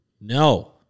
No